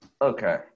Okay